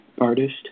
artist